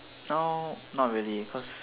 now not really cause